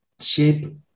shape